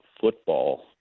football